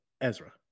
Ezra